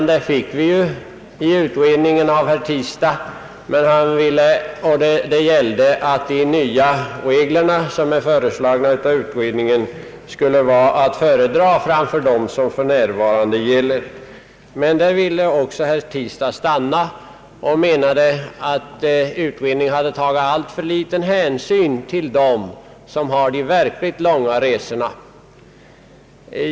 Vi fick i utredningen ett erkännande av herr Tistad, och det gällde att de nya regler som är föreslagna av utredningen skulle vara att föredra framför dem som för närvarande gäller. Men där ville herr Tistad stanna och menade att utredningen hade tagit alltför liten hänsyn till dem som har de verkligt långa resorna.